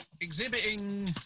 exhibiting